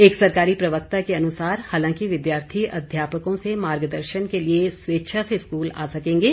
एक सरकारी प्रवक्ता के अनुसार हालांकि विद्यार्थी अध्यापकों से मार्गदर्शन के लिए स्वेच्छा से स्कूल आ सकेंगे